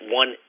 one